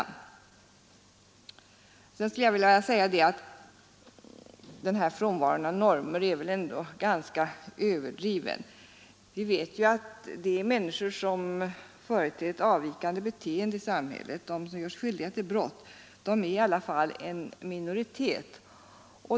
Sedan skulle jag vilja säga att den här frånvaron av normer är väl ändå ganska överdriven. Vi vet ju att de människor som företer ett avvikande beteende i samhället, de som gör sig skyldiga till brott, i alla fall är en minoritet.